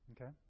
Okay